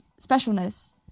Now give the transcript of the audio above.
specialness